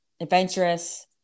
adventurous